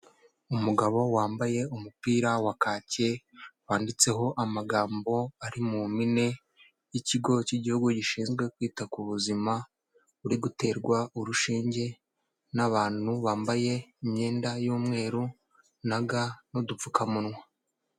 Umugabo wambaye umupira wa kaki wanditseho amagambo ari mu mpine y'ikigo cy'igihugu gishinzwe kwita ku buzima buri guterwa urushinge n'abantu bambaye imyenda y'umweru na gants n'udupfukamunwa.